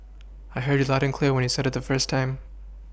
I heard you loud and clear when you said it the first time